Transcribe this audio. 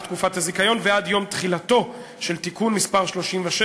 תקופת הזיכיון ועד יום תחילתו של תיקון מס' 37,